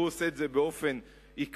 והוא עושה את זה באופן עקבי,